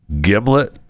Gimlet